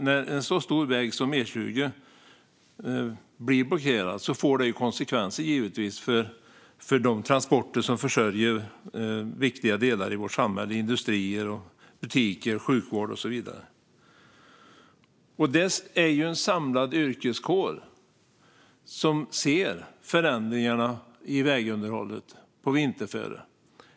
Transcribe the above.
När en så stor väg som E20 blir blockerad får det givetvis konsekvenser för de transporter som försörjer viktiga delar av vårt samhälle - industrier, butiker, sjukvård och så vidare. Det är en samlad yrkeskår som ser förändringarna i vägunderhållet vid vinterföre.